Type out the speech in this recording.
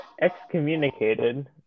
excommunicated